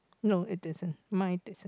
no it isn't mine isn't